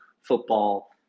football